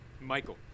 Michael